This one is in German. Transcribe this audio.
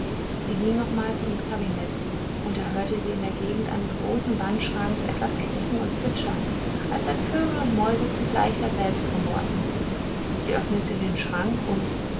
sie ging nochmals ins kabinett und da hörte sie in der gegend eines großen wandschranks etwas quieken und zwitschern als wenn vögel und mäuse zugleich daselbst rumorten sie öffnete den schrank und